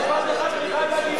משפט אחד אני חייב להגיד לו.